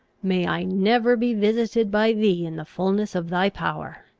may i never be visited by thee in the fulness of thy power!